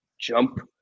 jump